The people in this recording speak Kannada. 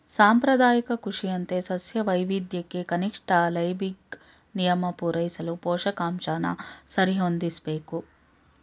ಸಾಂಪ್ರದಾಯಿಕ ಕೃಷಿಯಂತೆ ಸಸ್ಯ ವೈವಿಧ್ಯಕ್ಕೆ ಕನಿಷ್ಠ ಲೈಬಿಗ್ ನಿಯಮ ಪೂರೈಸಲು ಪೋಷಕಾಂಶನ ಸರಿಹೊಂದಿಸ್ಬೇಕು